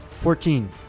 Fourteen